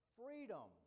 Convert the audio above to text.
freedom